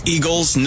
Eagles